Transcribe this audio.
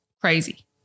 crazy